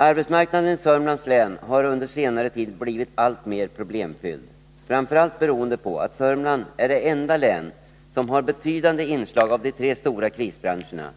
Arbetsmarknaden i Södermanlands län har under senare tid blivit alltmer problemfylld, framför allt beroende på att Södermanland är det enda län som har betydande inslag av de tre stora krisbranscherna